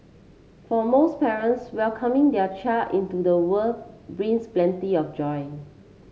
for most parents welcoming their child into the world brings plenty of joy